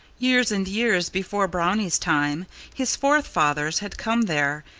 years and years before brownie's time his forefathers had come there,